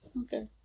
Okay